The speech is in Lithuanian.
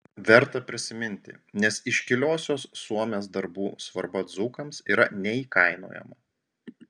verta prisiminti nes iškiliosios suomės darbų svarba dzūkams yra neįkainojama